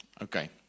Okay